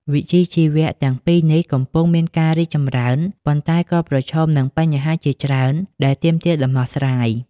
វិជ្ជាជីវៈទាំងពីរនេះកំពុងមានការរីកចម្រើន ប៉ុន្តែក៏ប្រឈមនឹងបញ្ហាជាច្រើនដែលទាមទារដំណោះស្រាយ។